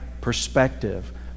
perspective